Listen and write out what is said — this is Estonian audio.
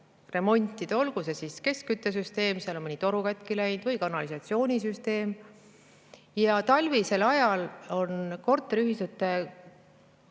remontida, olgu see siis keskküttesüsteem, seal on mõni toru katki läinud, või kanalisatsioonisüsteem. Talvisel ajal on korteriühistute